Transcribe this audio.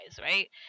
right